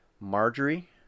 Marjorie